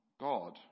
God